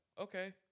okay